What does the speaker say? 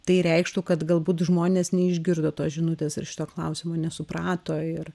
tai reikštų kad galbūt žmonės neišgirdo tos žinutės ir šito klausimo nesuprato ir